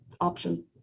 option